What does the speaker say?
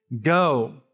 go